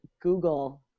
Google